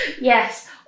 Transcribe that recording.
Yes